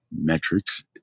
Metrics